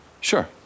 Sure